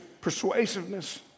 persuasiveness